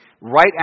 right